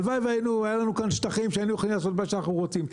הלוואי והיה לנו כאן שטחים שהיינו יכולים לעשות מה שאנחנו רוצים.